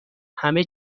همه